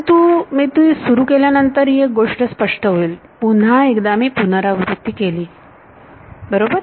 परंतु मी ते सुरू केल्यानंतर ही गोष्ट स्पष्ट होईल पुन्हा एकदा मी पुनरावृत्ती केली की बरोबर